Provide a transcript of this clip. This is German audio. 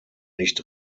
nicht